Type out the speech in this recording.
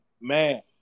man